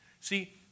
See